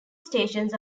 stations